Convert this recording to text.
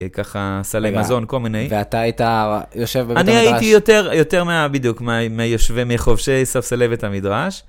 ככה, סלי מזון, כל מיני. ואתה היית יושב בבית המדרש. אני הייתי יותר מה... בדיוק, מהיושבי, מחובשי ספסלי בית המדרש.